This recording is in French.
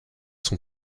son